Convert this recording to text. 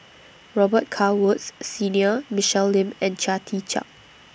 Robet Carr Woods Senior Michelle Lim and Chia Tee Chiak